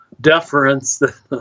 deference